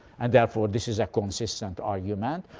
and therefore this is a consistent argument.